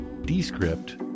Descript